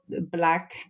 black